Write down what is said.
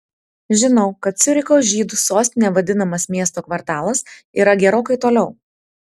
žinau kad ciuricho žydų sostine vadinamas miesto kvartalas yra gerokai toliau